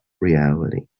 reality